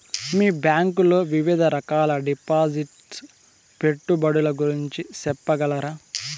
మీ bank లో వివిధ రకాల డిపాసిట్స్, పెట్టుబడుల గురించి సెప్పగలరా?